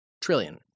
trillion